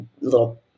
little